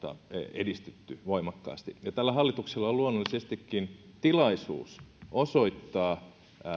edistytty voimakkaasti tällä hallituksella on luonnollisestikin tilaisuus osoittaa